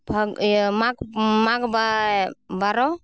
ᱯᱷᱟᱜᱽ ᱤᱭᱟᱹ ᱢᱟᱜᱽ ᱢᱟᱜᱽ ᱵᱟᱭ ᱵᱟᱨᱚ